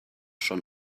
schon